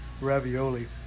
ravioli